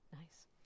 nice